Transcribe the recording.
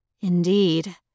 Indeed